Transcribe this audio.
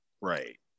Right